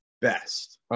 best